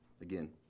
Again